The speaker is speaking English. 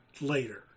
later